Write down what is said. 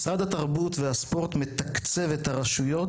משרד התרבות והספורט מתקצב את הרשויות